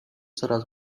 coraz